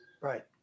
right